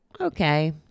Okay